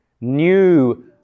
new